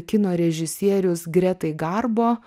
kino režisierius gretai garbo